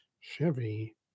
Chevy